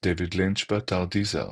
דייוויד לינץ', באתר דיזר